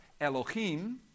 Elohim